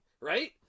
right